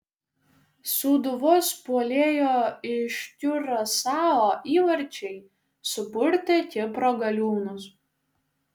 sūduvos puolėjo iš kiurasao įvarčiai supurtė kipro galiūnus